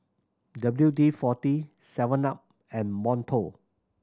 W D Forty seven up and Monto